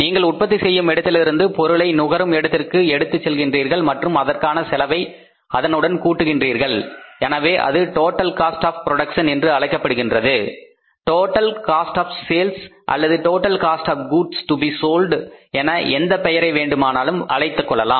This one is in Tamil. நீங்கள் உற்பத்தி செய்யும் இடத்திலிருந்து பொருளை நுகரும் இடத்திற்கு எடுத்துச் செல்கிறீர்கள் மற்றும் அதற்கான செலவை அதனுடன் கூறுகின்றீர்கள் எனவே அது டோட்டல் காஸ்ட் ஆஃ புரோடக்சன் என்று அழைக்கப்படுகின்றது டோட்டல் காஸ்ட் ஆஃ செல்ஸ் அல்லது டோட்டல் காஸ்ட் ஆஃ குட்ஸ் ரூபி சோல்டு என எந்தப் பெயரை வேண்டுமானாலும் வைத்து அழைக்கலாம்